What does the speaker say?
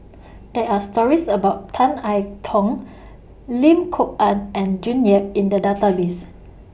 There Are stories about Tan I Tong Lim Kok Ann and June Yap in The Database